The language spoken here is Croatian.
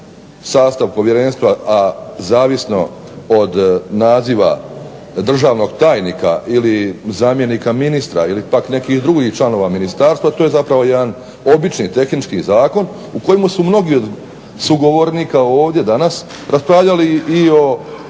sastav povjerenstva a zavisno od naziva državnog tajnika ili zamjenika ministra ili pak nekih drugih članova Ministarstva to je zapravo jedan obični tehnički zakon o kojem su mnogi od sugovornika ovdje raspravljali i o